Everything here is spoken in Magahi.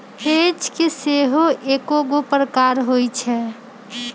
हेज के सेहो कएगो प्रकार होइ छै